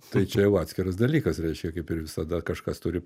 tai čia jau atskiras dalykas reiškia kaip ir visada kažkas turi